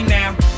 now